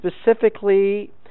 specifically